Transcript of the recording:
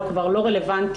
הוא כבר לא רלוונטי.